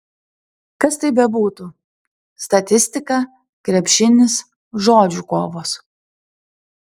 kas tai bebūtų statistika krepšinis žodžių kovos